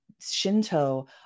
Shinto